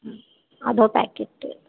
అదో ప్యాకెట్టు